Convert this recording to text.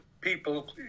people